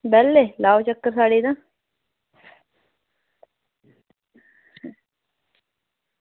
बैह्ले लाएओ चक्कर साढ़े तां